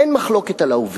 אין מחלוקת על העובדות,